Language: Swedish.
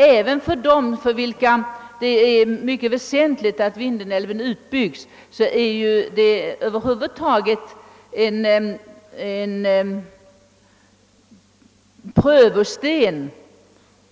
även för dem, för vilka det är mycket väsentligt att Vindelälven inte utbyggs, är det en prövning